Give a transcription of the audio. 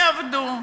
תעבדו,